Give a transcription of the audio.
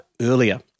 earlier